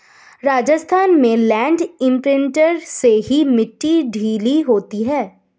राजस्थान में land imprinter से ही मिट्टी ढीली होती है